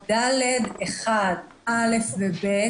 ד1(א, ב)